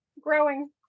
growing